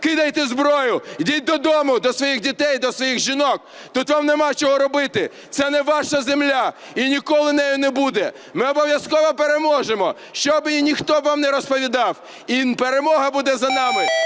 кидайте зброю, йдіть додому до своїх дітей, до своїх жінок, тут вам немає чого робити. Це не ваша земля і ніколи нею не буде! Ми обов'язково переможемо, що б і хто вам не розповідав. І перемога буде за нами.